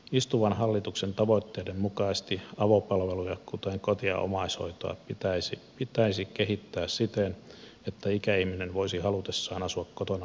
istuvan hallituksen tavoitteiden mukaisesti avopalveluja kuten koti ja omaishoitoa pitäisi kehittää siten että ikäihminen voisi halutessaan asua kotona mahdollisimman pitkään